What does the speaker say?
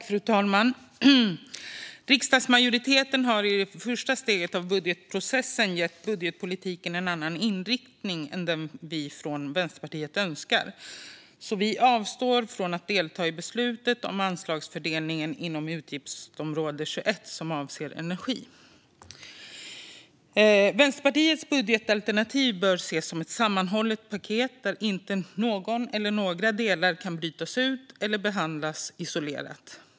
Fru talman! Riksdagsmajoriteten har i det första steget av budgetprocessen gett budgetpolitiken en annan inriktning än den vi från Vänsterpartiet önskar, så vi avstår från att delta i beslutet om anslagsfördelningen inom utgiftsområde 21 som avser energi. Vänsterpartiets budgetalternativ bör ses som ett sammanhållet paket där inte någon eller några delar kan brytas ut eller behandlas isolerat.